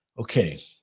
okay